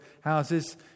houses